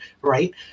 Right